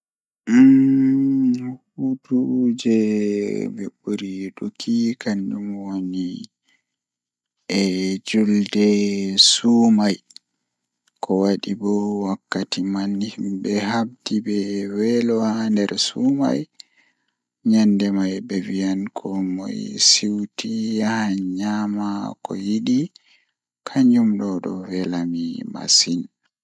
Eh huutu jei mi buri yiduki kanjum woni eh julde sumai ko wadi bo himbe habdi be weelo haa nder sumai nyende mai be wiyan koomoi siwti yaha nyama ko yidi kanjum do don wela mi masin.